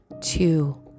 two